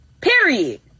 Period